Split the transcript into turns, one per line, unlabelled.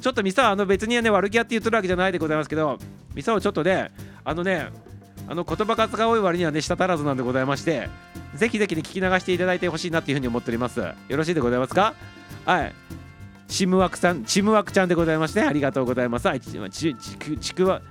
ちょっとミサは、あの、別にね、悪気あって言っとるわけじゃないでございますけど、ミサをちょっとね、あのね、あの、言葉数が多い割にはね、舌足らずなんでございまして、ぜひぜひね、聞き流していただいて欲しいなっていうふうに思っております。よろしいでございますか？はい。チムワクさん、チムワクちゃんでございまして、ありがとうございます。はい。チ- チ- チ- チクワ-